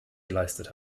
geleistet